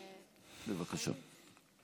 בבקשה.